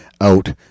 out